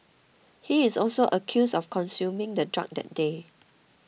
he is also accused of consuming the drug that day